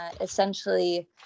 essentially